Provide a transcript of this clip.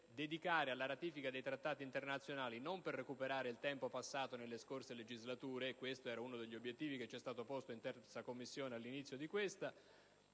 dedicare alla ratifica dei trattati internazionali non per recuperare il tempo passato nelle scorse legislature (che era uno degli obiettivi che ci erano stati posti in 3a Commissione permanente